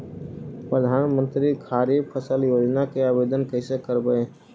प्रधानमंत्री खारिफ फ़सल योजना के लिए आवेदन कैसे करबइ?